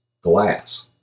glass